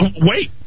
wait